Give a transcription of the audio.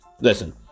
listen